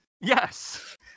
Yes